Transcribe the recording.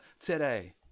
today